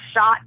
shot